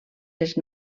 les